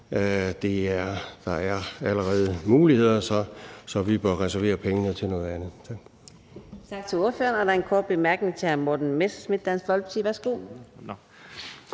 er der allerede muligheder, så vi bør reservere pengene til noget andet.